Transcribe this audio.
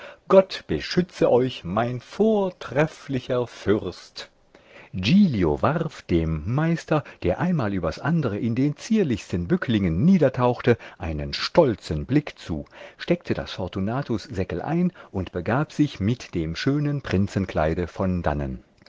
gott beschütze euch mein vortrefflicher fürst giglio warf dem meister der einmal übers andere in den zierlichsten bücklingen niedertauchte einen stolzen blick zu steckte das fortunatussäckel ein und begab sich mit dem schönen prinzenkleide von dannen